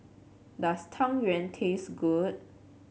does Tang Yuen taste good